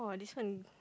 listen